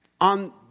on